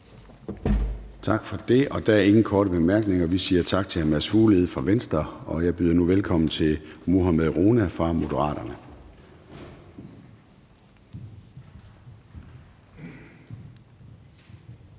Tak for det. Der er ingen korte bemærkninger. Vi siger tak til hr. Mads Fuglede fra Venstre, og jeg byder nu velkommen til hr. Mohammad Rona fra Moderaterne.